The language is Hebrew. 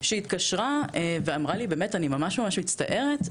שהתקשרה ואמרה לי באמת אני ממש ממש מצטערת,